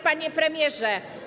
Panie Premierze!